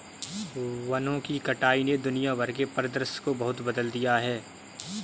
वनों की कटाई ने दुनिया भर के परिदृश्य को बहुत बदल दिया है